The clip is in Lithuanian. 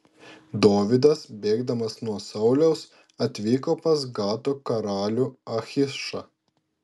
dovydas bėgdamas nuo sauliaus atvyko pas gato karalių achišą